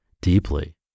deeply